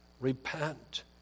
repent